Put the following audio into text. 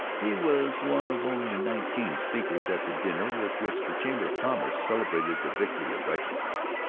he was one of only nineteen speakers at the dinner with which the chamber of commerce celebrated the victory of righteousness.